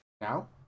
Now